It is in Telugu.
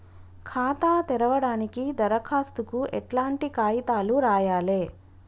ఖాతా తెరవడానికి దరఖాస్తుకు ఎట్లాంటి కాయితాలు రాయాలే?